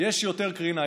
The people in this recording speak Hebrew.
יש יותר קרינה,